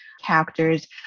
characters